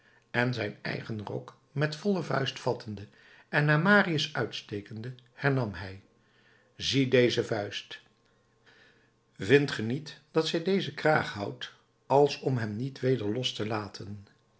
en zijn eigen rok met volle vuist vattende en naar marius uitstekende hernam hij zie deze vuist vindt ge niet dat zij dezen kraag houdt als om hem niet weder los te laten